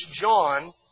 John